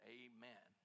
amen